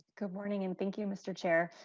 good morning and thank you mister chair,